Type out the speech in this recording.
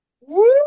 Woo